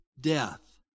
death